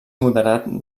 moderat